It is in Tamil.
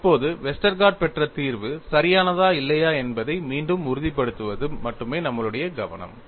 இப்போது வெஸ்டர்கார்ட் பெற்ற தீர்வு சரியானதா இல்லையா என்பதை மீண்டும் உறுதிப்படுத்துவது மட்டுமே நம்மளுடைய கவனம்